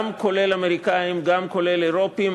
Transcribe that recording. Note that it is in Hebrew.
גם של האמריקנים וגם של אירופים,